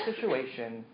situation